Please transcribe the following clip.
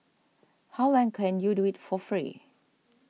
how long can you do it for free